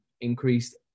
increased